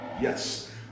Yes